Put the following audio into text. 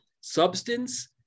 substance